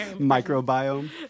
microbiome